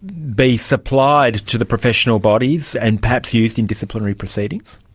be supplied to the professional bodies and perhaps used in disciplinary proceedings?